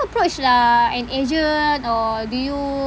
approach like an agent or do you